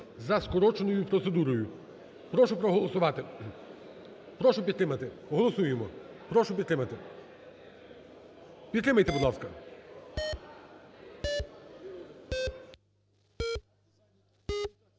за скороченою процедурою. Прошу проголосувати, прошу підтримати. Голосуємо, прошу підтримати. Підтримайте, будь ласка.